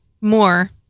More